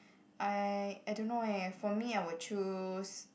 I I don't know eh for me I will choose